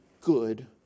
good